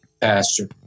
pastor